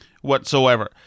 whatsoever